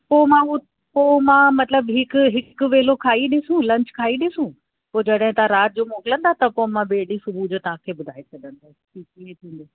पोइ मां उहो पोइ मां मतलबु हिकु हिकु वेलो खाई ॾिसूं लंच खाई ॾिसूं पोइ जॾहिं तव्हां राति जो मोकिलींदा त पोइ मां ॿिएं ॾींहं सुबुह जो तव्हांखे ॿुधाए छॾंदसि कि कीअं थींदो